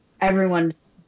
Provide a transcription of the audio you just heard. everyone's